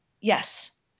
Yes